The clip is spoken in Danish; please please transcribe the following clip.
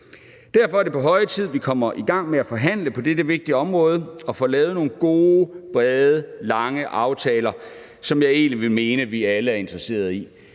Derfor er det på høje tid, at vi kommer i gang med at forhandle på dette vigtige område og får lavet nogle gode, brede, lange aftaler, som jeg egentlig vil mene at vi alle er interesserede i.